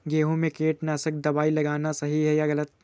गेहूँ में कीटनाशक दबाई लगाना सही है या गलत?